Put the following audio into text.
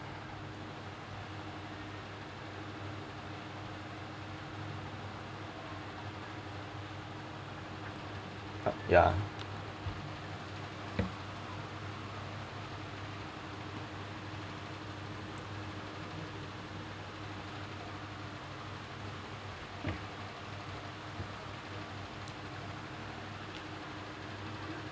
ya